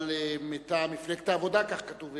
אבל מטעם מפלגת העבודה, כך כתוב.